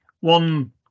One